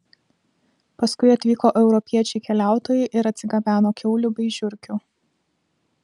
paskui atvyko europiečiai keliautojai ir atsigabeno kiaulių bei žiurkių